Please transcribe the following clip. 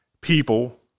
people